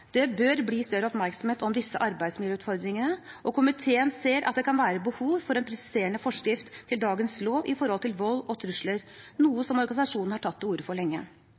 Det bør bli større oppmerksomhet om disse arbeidsmiljøutfordringene, og komiteen ser at det kan være behov for en presiserende forskrift til dagens lov i forhold til vold og trusler, noe organisasjonene har tatt til orde for lenge.